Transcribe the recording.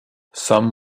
some